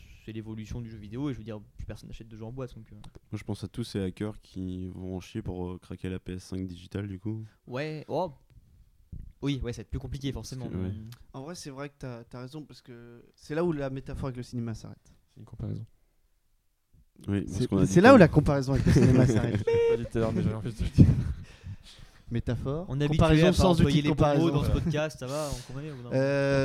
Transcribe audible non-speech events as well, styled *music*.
C'est l'évolution du jeu vidéo et je veux dire, plus personne n'achète de jeux en boîte, donc, euh. Moi, je pense à tous ces hackers qui vont en chier pour, euh, craquer la PS5 digitale, du coup. Ouais, oh. Oui, ouais, ça va être plus compliqué, forcément. Parce que- ouais. En vrai, c'est vrai que t'as- t'as raison, parce que c'est là où la métaphore avec le cinéma s'arrête. C'est une comparaison. Oui, parce C'est- qu'on a c'est dit là quoi. où la comparaison avec le cinéma s'arrête. *laughs* Je l'ai pas dit tout à l'heure, mais j'avais envie de le dire. *laughs* Métaphore. On est habitué à Comparaison pas sans outil employer de les bons mots comparaison. dans ce podcast, ça va, on comprend ou non ? Euh,